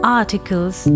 articles